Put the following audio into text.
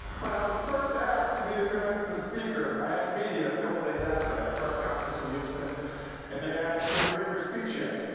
when i was first asked to be the commencement speaker, i had media a couple days after i had a press conference in houston and they asked, have you written your speech yet?